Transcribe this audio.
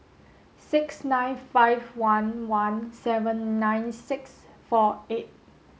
six nine five one one seven nine six four eight